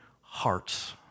hearts